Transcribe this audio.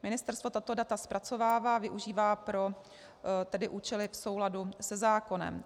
Ministerstvo tato data zpracovává, využívá pro účely v souladu se zákonem.